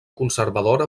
conservadora